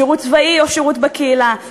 שירות צבאי או שירות בקהילה,